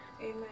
Amen